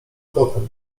potem